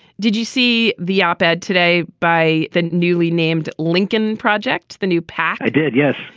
did you see the op ed today by the newly named lincoln project, the new pac? i did, yes.